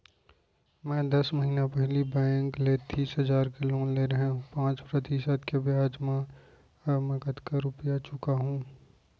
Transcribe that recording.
मैं दस महिना पहिली बैंक ले तीस हजार के लोन ले रहेंव पाँच प्रतिशत के ब्याज म अब मैं कतका रुपिया चुका हूँ?